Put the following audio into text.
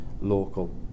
local